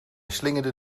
slingerde